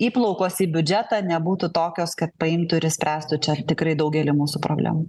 įplaukos į biudžetą nebūtų tokios kad paimtų ir išspręstų čia tikrai daugelį mūsų problemų